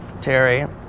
Terry